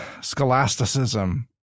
scholasticism